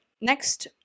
Next